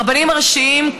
הרבנים הראשיים,